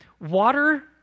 water